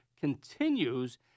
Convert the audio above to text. continues